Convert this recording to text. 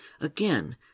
Again